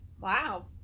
Wow